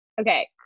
okay